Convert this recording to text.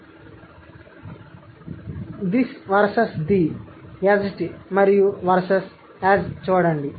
కాబట్టి this versus the ez t మరియు versus az చూడండి